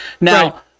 Now